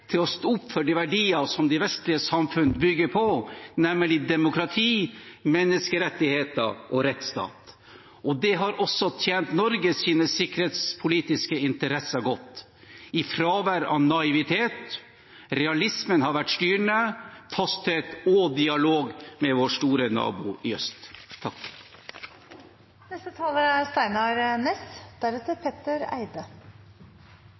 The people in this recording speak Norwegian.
til å stå opp for de verdier som de vestlige samfunn bygger på, nemlig demokrati, menneskerettigheter og rettsstat. Det har også tjent Norges sikkerhetspolitiske interesser godt, i fravær av naivitet. Realismen har vært styrende, og også fasthet og dialog med vår store nabo i øst. Senterpartiet er